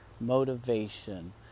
motivation